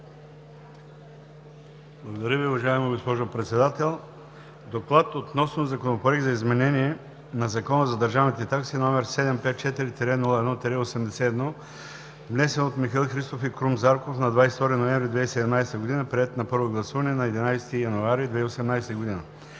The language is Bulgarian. Благодаря Ви, уважаема госпожо Председател. Доклад относно Законопроект за изменение на Закона за държавните такси, № 754-01-81, внесен от Михаил Христов и Крум Зарков на 22 ноември 2017 г., приет на първо гласуване на 11 януари 2018 г.